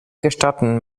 gestatten